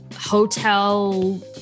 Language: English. hotel